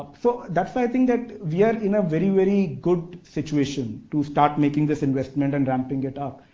so, that's why i think that we are in a very, very good situation to start making this investment and ramping it up,